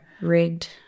rigged